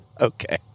Okay